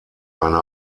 eine